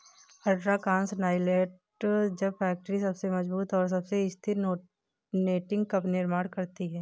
ultra cross knotless web factory सबसे मजबूत और सबसे स्थिर नेटिंग का निर्माण करती है